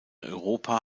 europa